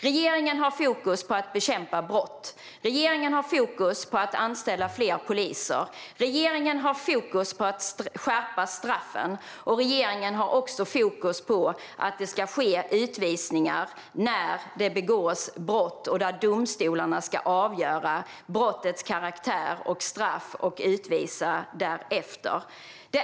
Regeringen har fokus på att bekämpa brott, anställa fler poliser och skärpa straffen, och även på att utvisning ska ske när det begås brott. Det är då domstolarna som ska avgöra brottets karaktär och straff och utvisa därefter.